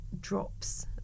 drops